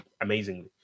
amazingly